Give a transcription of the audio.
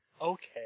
Okay